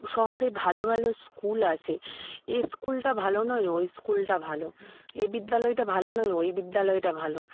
শহরে ভালো ভালো স্কুল আছে এই স্কুলটা ভালো নয় ওই স্কুলটা ভালো এ বিদ্যালয়টা ভালো নয় ওই বিদ্যালয়টা ভালো